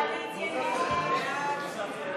ההסתייגות לחלופין (ג) של חבר הכנסת נחמן שי לפני